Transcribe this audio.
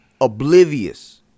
oblivious